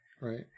right